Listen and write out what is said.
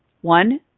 One